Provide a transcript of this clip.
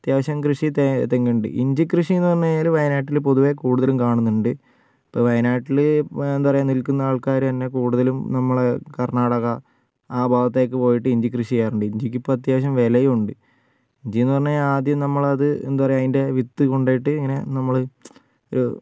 അത്യാവശ്യം കൃഷി തെങ്ങ് ഇണ്ട് ഇഞ്ചി കൃഷിയെന്ന് പറഞ്ഞു കഴിഞ്ഞാൽ വയനാട്ടിൽ പൊതുവേ കൂടുതലും കാണുന്നുണ്ട് ഇപ്പോൾ വയനാട്ടിൽ എന്താ പറയുക നിൽക്കുന്ന ആൾക്കാർ തന്നെ കൂടുതലും നമ്മൾ കർണ്ണാടക ആ ഭാഗത്തേക്ക് പോയിട്ട് ഇഞ്ചിക്കൃഷി ചെയ്യാറുണ്ട് ഇഞ്ചിക്ക് ഇപ്പോൾ അത്യാവശ്യം വിലയും ഉണ്ട് ഇഞ്ചിയെന്ന് പറഞ്ഞു കഴിഞ്ഞാൽ ആദ്യം നമ്മൾ അത് എന്താ പറയുക അതിൻ്റെ വിത്ത് കൊണ്ടുപോയിട്ട് ഇങ്ങനെ നമ്മൾ ഒരു